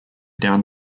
down